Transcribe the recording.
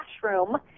classroom